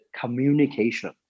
communication